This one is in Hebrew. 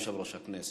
ממש מבקשת,